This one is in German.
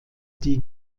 die